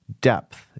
depth